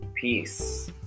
peace